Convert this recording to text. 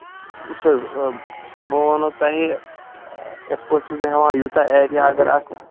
وُچھ حظ آ بہٕ وَنو تۄہہِ یِتھٕ پٲٹھۍ چھُس ہٮ۪وان یوٗتاہ ایٚریا اَگر آسہِ